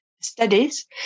Studies